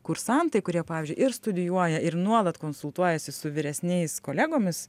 kursantai kurie pavyzdžiui ir studijuoja ir nuolat konsultuojasi su vyresniais kolegomis